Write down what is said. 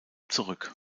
zurück